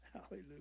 Hallelujah